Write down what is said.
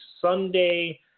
Sunday